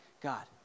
God